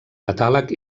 catàleg